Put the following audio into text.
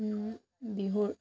বিহুৰ